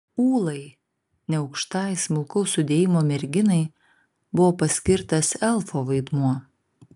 ūlai neaukštai smulkaus sudėjimo merginai buvo paskirtas elfo vaidmuo